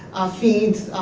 feeds,